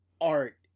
art